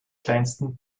kleinsten